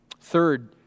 Third